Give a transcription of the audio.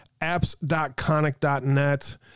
apps.conic.net